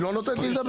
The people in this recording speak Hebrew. היא לא נותנת לי לדבר.